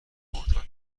معتاد